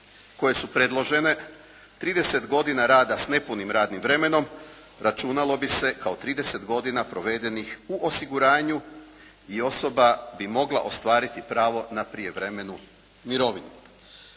koje su predložene 30 godina rada sa nepunim radnim vremenom, računalo bi se kao 30 godina provedenih u osiguranju i osoba bi mogla ostvariti pravo na prijevremenu mirovinu.